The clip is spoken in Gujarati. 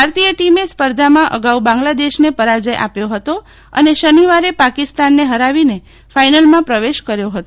ભારતીય ટીમે સ્પર્ધામાં અગાઉ બાંગલાદેશને પરાજય આપ્યો હતો અને શનિવારે પાકિસ્તાનને હરાવીને ફાઈનલમાં પ્રવેશ કર્યો હતો